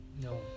no